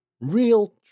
real